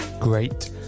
great